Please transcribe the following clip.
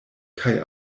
kaj